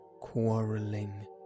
quarrelling